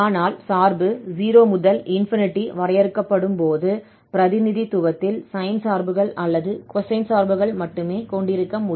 ஆனால் சார்பு 0 முதல் வரையறுக்கப்படும் போது பிரதிநிதித்துவத்தில் sine சார்புகள் அல்லது cosine சார்புகள் மட்டுமே கொண்டிருக்க முடியும்